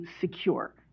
secure